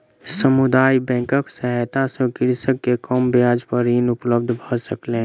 समुदाय बैंकक सहायता सॅ कृषक के कम ब्याज पर ऋण उपलब्ध भ सकलै